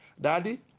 Daddy